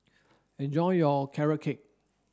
enjoy your carrot cake